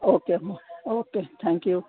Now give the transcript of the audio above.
okay okay tank you